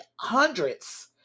hundreds